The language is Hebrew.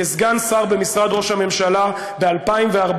כסגן שר במשרד ראש הממשלה ב-2014,